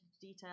detail